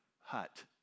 hut